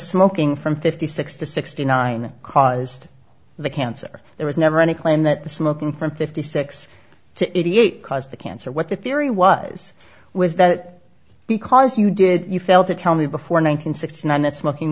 smoking from fifty six to sixty nine caused the cancer there was never any claim that the smoking from fifty six to eighty eight caused the cancer what the theory was was that because you did you failed to tell me before nine hundred sixty nine that smoking